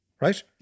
right